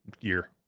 year